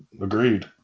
Agreed